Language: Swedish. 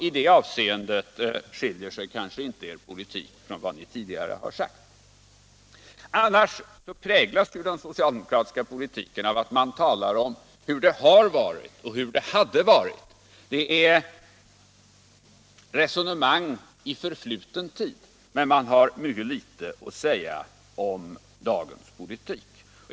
I det avseendet skiljer sig kanske inte er nuvarande politik från era tidigare uttalanden. Annars präglas den socialdemokratiska politiken av att man talar om hur det har varit och hur det hade varit — av resonemang i förfluten tid. Man har mycket litet att säga om dagens politik.